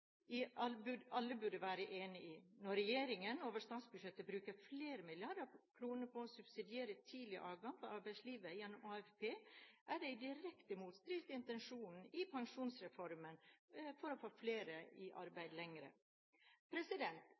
alle burde være enige om: Når regjeringen over statsbudsjettet bruker flere milliarder kroner på å subsidiere tidlig avgang fra arbeidslivet gjennom AFP, er det i direkte motstrid til intensjonene i pensjonsreformen om å få flere